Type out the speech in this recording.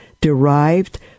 derived